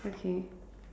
okay